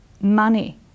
money